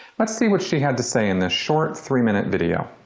let's see what she had to say in this short three minute video.